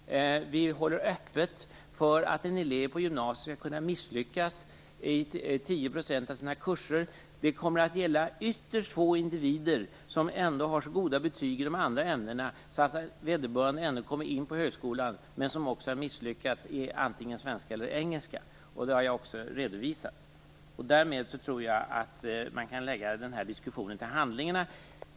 Vi håller öppet för att en elev på gymnasiet skall kunna misslyckas med 10 % av sina kurser. Det kommer att röra sig om ytterst få individer som har misslyckats i svenska eller engelska men som ändå har så goda betyg i de andra ämnena att de kommer in på högskolan. Detta har jag också redovisat. Därmed tror jag att man kan lägga diskussionen till handlingarna.